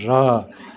र